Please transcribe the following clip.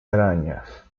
arañas